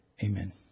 Amen